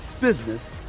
business